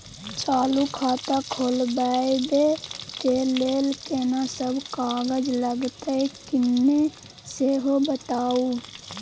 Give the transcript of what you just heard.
चालू खाता खोलवैबे के लेल केना सब कागज लगतै किन्ने सेहो बताऊ?